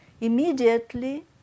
Immediately